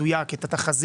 כן.